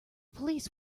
police